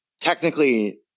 technically